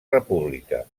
república